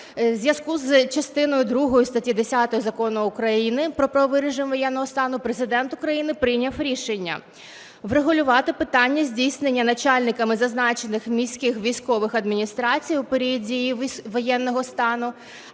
у зв'язку з частиною другою статті 10 Закону України "Про правовий режим воєнного стану" Президент України прийняв рішення врегулювати питання здійснення начальниками зазначених міських військових адміністрацій у період дії воєнного стану,